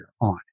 on